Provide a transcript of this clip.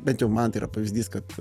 bent jau man tai yra pavyzdys kad